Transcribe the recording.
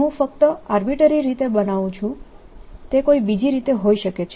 હું ફક્ત આર્બિટરી રીતે બનાવું છું તે કોઈ બીજી રીતે હોઈ શકે છે